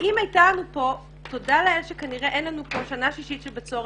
אם הייתה לנו כאן תודה לאל שכנראה אין לנו כאן שנה שישית של בצורת,